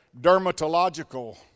dermatological